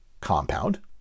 compound